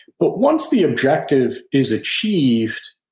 but once the objective is achieved,